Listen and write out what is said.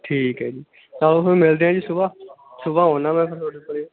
ਠੀਕ ਹੈ ਜੀ ਆਓ ਹੁਣ ਮਿਲਦੇ ਹਾਂ ਜੀ ਸੁਬਹਾ ਸੁਬਹਾ ਆਉਂਦਾ ਮੈਂ ਫਿਰ ਤੁਹਾਡੇ ਕੋਲ